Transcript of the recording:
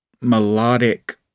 melodic